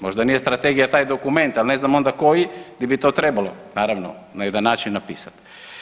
Možda nije Strategija taj dokument, ali ne znam onda koji di bi to trebalo, naravno, na jedan način, napisati.